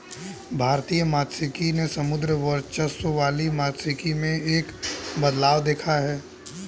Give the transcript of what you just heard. भारतीय मात्स्यिकी ने समुद्री वर्चस्व वाली मात्स्यिकी में एक बदलाव देखा है